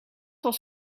was